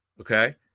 Okay